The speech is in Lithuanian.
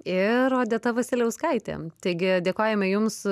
ir odeta vasiliauskaitė taigi dėkojame jums